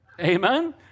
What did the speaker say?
Amen